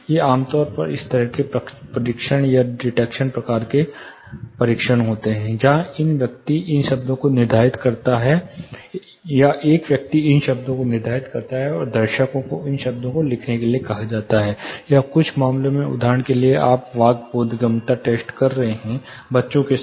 ये आम तौर पर एक तरह के परीक्षण या डिक्टेशन प्रकार के परीक्षण होते हैं जहां एक व्यक्ति इन शब्दों को निर्धारित करता है और दर्शकों को इन शब्दों को लिखने के लिए कहा जाता है या कुछ मामलों में उदाहरण के लिए आप वाक् बोधगम्यता टेस्ट कर रहे हैं बच्चों के साथ